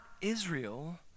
Israel